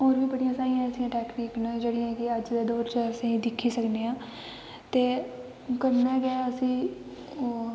होर बी बड़ी सारियां एसियां टैकनिक न जेह्डियां अस अज्ज दे दौर च दिखी सकनेआं ते कन्नै गै असेंगी